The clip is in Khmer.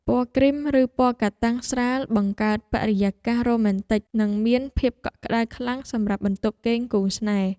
ពណ៌គ្រីមឬពណ៌កាតាំងស្រាលបង្កើតបរិយាកាសរ៉ូមែនទិកនិងមានភាពកក់ក្តៅខ្លាំងសម្រាប់បន្ទប់គេងគូស្នេហ៍។